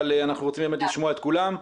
אבל אנחנו רוצים באמת לשמוע את כולם.